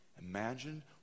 Imagine